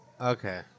Okay